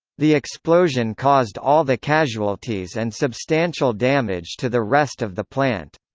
the explosion caused all the casualties and substantial damage to the rest of the plant.